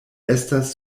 estas